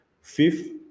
Fifth